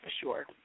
sure